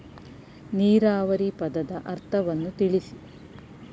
ನೀರಾವರಿ ಪದದ ಅರ್ಥವನ್ನು ತಿಳಿಸಿ?